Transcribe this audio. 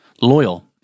loyal